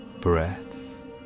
breath